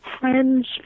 friends